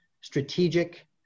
strategic